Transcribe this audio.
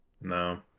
No